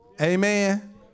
Amen